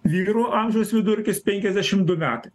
vyrų amžiaus vidurkis penkiasdešim du metai